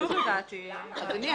אדוני,